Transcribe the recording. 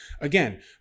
Again